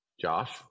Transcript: Josh